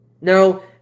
Now